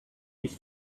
his